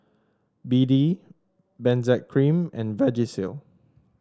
B D Benzac Cream and Vagisil